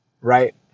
right